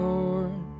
Lord